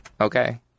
Okay